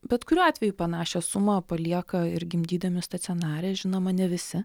bet kuriuo atveju panašią sumą palieka ir gimdydami stacionare žinoma ne visi